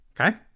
okay